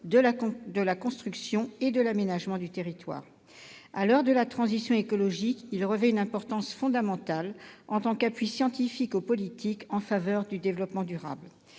de la construction et de l'aménagement du territoire. À l'heure de la transition écologique, ce programme revêt une importance fondamentale en tant qu'appui scientifique aux politiques en faveur du développement durable.